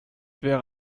wäre